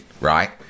right